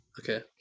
Okay